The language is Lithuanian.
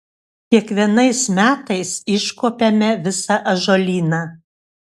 kiekvienais metais iškuopiame visą ąžuolyną